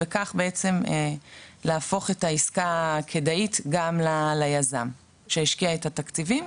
ובכך בעצם להפוך את העסקה כדאית גם ליזם שהשקיע את התקציבים.